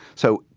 so,